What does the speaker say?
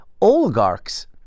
oligarchs